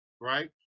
right